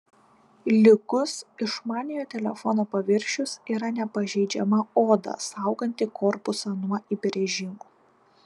lygus išmaniojo telefono paviršius yra nepažeidžiama oda sauganti korpusą nuo įbrėžimų